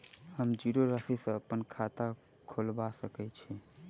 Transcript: हम जीरो राशि सँ अप्पन खाता खोलबा सकै छी?